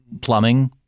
Plumbing